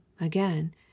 again